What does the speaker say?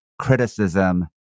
Criticism